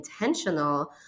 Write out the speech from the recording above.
intentional